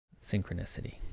synchronicity